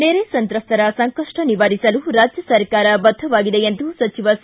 ನೆರೆ ಸಂತ್ರಸ್ತರ ಸಂಕಷ್ಷ ನಿವಾರಿಸಲು ರಾಜ್ಯ ಸರ್ಕಾರ ಬದ್ದವಾಗಿದೆ ಎಂದು ಸಚಿವ ಸಿ